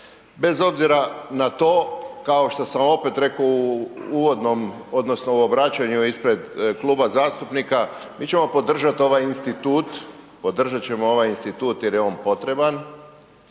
Bez obzira na to kao što sam opet rekao u uvodnom odnosno u obraćanju ispred kluba zastupnika mi ćemo podržati ovaj institut, podržat ćemo ovaj institut jer je on potreban